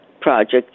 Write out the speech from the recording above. project